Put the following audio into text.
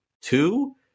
two